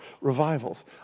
revivals